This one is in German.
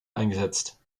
eingesetzt